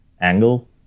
angle